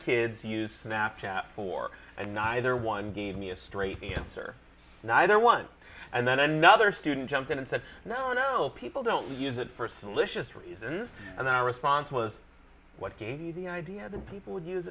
kids use snap chat for and neither one gave me a straight answer neither one and then another student jumped in and said no no people don't use it for solutions reasons and their response was what gave me the idea that people would use